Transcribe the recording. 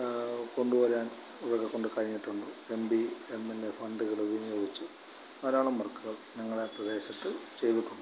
കൊണ്ടുവരാൻ ഇവരെക്കൊണ്ട് കഴിഞ്ഞിട്ടുണ്ട് M P M L A ഫണ്ടുകള് വിനിയോഗിച്ച് ധാരാളം വർക്കുകൾ ഞങ്ങളുടെ പ്രദേശത്ത് ചെയ്തിട്ടുണ്ട്